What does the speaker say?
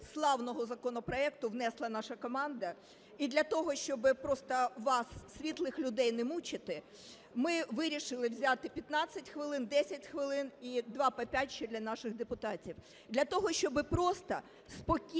славного законопроекту внесла наша команда. І для того, щоб просто вас, світлих людей, не мучити, ми вирішили взяти 15 хвилин, 10 хвилин і два по 5 ще для наших депутатів, для того щоб просто спокійно